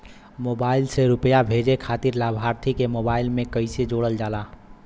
Mobile से रूपया भेजे खातिर लाभार्थी के मोबाइल मे कईसे जोड़ल जाला?